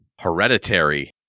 Hereditary